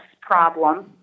problem